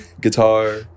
guitar